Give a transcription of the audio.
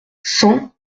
cent